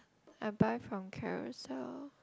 I buy from Carousell